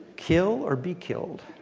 kill or be killed.